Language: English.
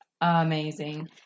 amazing